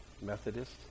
Methodist